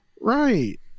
right